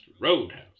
roadhouse